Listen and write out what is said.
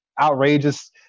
outrageous